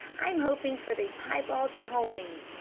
i'm hoping for the piebald pony.